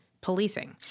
policing